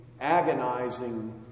agonizing